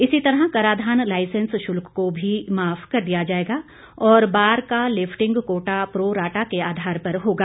इसी तरह कराधान लाईसेंस शुल्क को भी माफ कर दिया जाएगा और बॉर का लिफिंटिंग कोटा प्रो राटा के आधार पर होगा